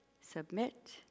submit